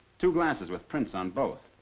two glasses with prints on both.